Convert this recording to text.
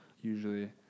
usually